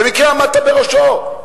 במקרה עמדת בראשו.